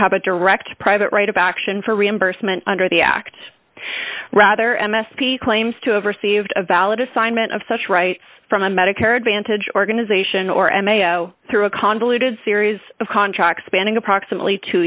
have a direct private right about action for reimbursement under the act rather m s p claims to have received a valid assignment of such rights from a medicare advantage organization or and mayo through a convoluted series of contracts spanning approximately two